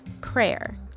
prayer